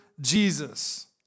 Jesus